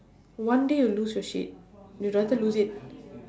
one day you'll lose your shit you don't want to lose it